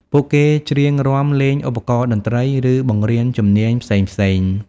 ពួកគេច្រៀងរាំ លេងឧបករណ៍តន្ត្រី ឬបង្រៀនជំនាញផ្សេងៗ។